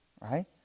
right